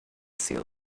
seal